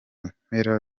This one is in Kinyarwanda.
mpera